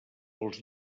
els